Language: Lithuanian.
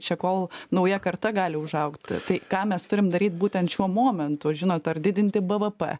čia kol nauja karta gali užaugti tai ką mes turim daryt būtent šiuo momentu žinot ar didinti bvp